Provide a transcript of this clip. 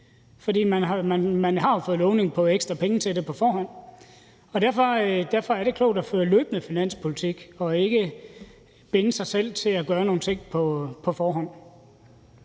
Man har jo fået lovning på ekstra penge til det på forhånd. Derfor er det klogt at føre en løbende finanspolitik og ikke binde sig selv til at gøre nogle ting på forhånd.